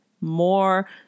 more